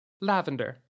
Lavender